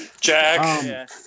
Jack